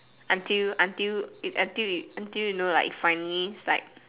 until until it until you know like finally like